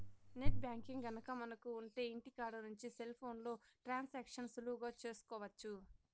net banking గనక మనకు ఉంటె ఇంటికాడ నుంచి సెల్ ఫోన్లో ట్రాన్సాక్షన్స్ సులువుగా చేసుకోవచ్చు